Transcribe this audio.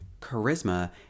charisma